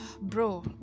bro